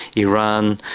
iran,